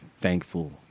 thankful